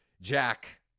Jack